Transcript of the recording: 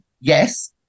yes